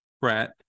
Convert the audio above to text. Brett